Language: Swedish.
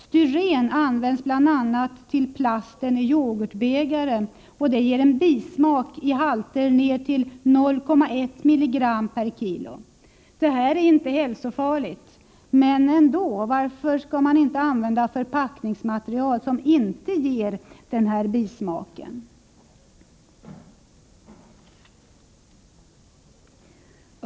Styren används bl.a. till plasten i yoghurtbägare och ger en bismak i halter ner till 0,1 mg per kg. Det är inte hälsofarligt - men ändå: Varför inte använda förpackningsmaterial som inte ger bismak?